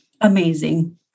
amazing